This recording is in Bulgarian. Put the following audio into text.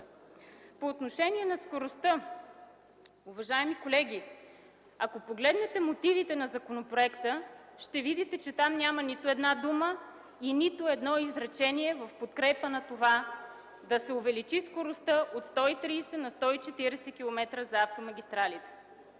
По отношение на скоростта, уважаеми колеги, ако погледнете мотивите на законопроекта, ще видите, че там няма нито една дума или едно изречение за подкрепа на увеличаването на скоростта от 130 на 140 км за автомагистралите.